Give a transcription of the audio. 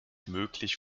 möglich